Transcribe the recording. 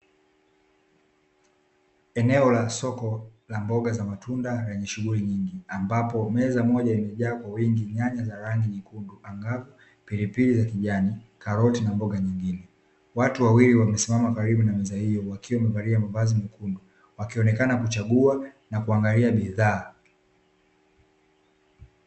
Eneo la soko la mboga za matunda lenye shughuli nyingi ambapo meza moja imejaa kwa wingi nyanya za rangi nyekundu angavu, pilipili za kijani, karoti na mboga nyingine. Watu wawili wamesimama karibu na meza hiyo wakiwa wamevalia mavazi mekundu wakionekana kuchagua na kuangalia bidhaa.